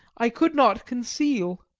i could not conceal.